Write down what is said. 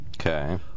Okay